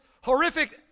horrific